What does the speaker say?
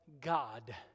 God